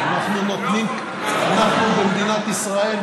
אנחנו במדינת ישראל,